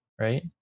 right